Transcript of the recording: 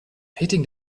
hitting